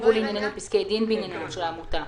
הובאו לענייננו פסקי דין בענייניה של העמותה: